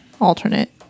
alternate